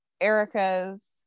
Erica's